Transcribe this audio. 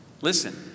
Listen